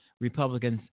Republicans